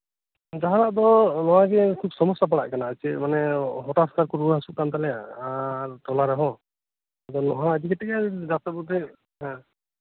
ᱡᱟᱦᱟᱱᱟᱜ ᱫᱚ ᱱᱚᱣᱟᱜᱤ ᱠᱷᱩᱵ ᱥᱚᱢᱚᱥᱟ ᱯᱟᱲᱟᱜ ᱠᱟᱱᱟ ᱪᱮᱫᱢᱟᱱᱮ ᱦᱚᱴᱟᱛ ᱦᱚᱴᱟᱛ ᱠᱩ ᱨᱩᱣᱟᱹ ᱦᱟᱥᱩᱜ ᱠᱟᱱᱛᱟᱞᱮᱭᱟ ᱟᱨ ᱴᱚᱞᱟ ᱨᱮᱦᱚᱸ ᱟᱫᱚ ᱱᱚᱣᱟ ᱤᱫᱤᱠᱟᱛᱮᱜᱤ ᱰᱟᱠᱛᱟᱨ ᱵᱟᱹᱵᱩᱴᱷᱮᱱ